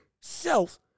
self